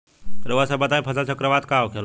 रउआ सभ बताई फसल चक्रवात का होखेला?